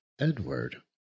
Edward